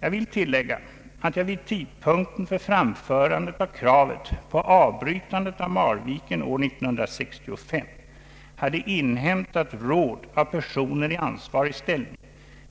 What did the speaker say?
Jag vill tillägga att jag vid kravet på avbrytandet av arbetena i Marviken år 1965 hade inhämtat råd av personer i ansvarig ställning